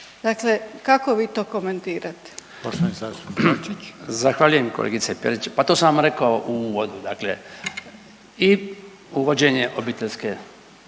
Bačić. **Bačić, Branko (HDZ)** Zahvaljujem koleice Perić, pa to sam vam rekao u uvodu. Dakle, i uvođenje obiteljske